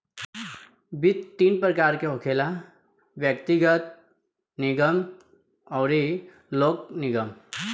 वित्त तीन प्रकार के होखेला व्यग्तिगत, निगम अउरी लोक निगम